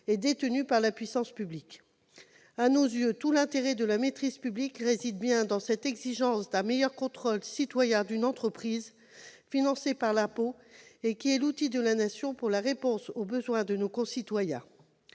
et détenues par la puissance publique. À nos yeux, tout l'intérêt de la maîtrise publique réside bien dans cette exigence d'un meilleur contrôle citoyen d'une entreprise financée par l'impôt et qui est l'outil de la Nation pour répondre aux besoins de nos concitoyens.